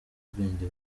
ubwenge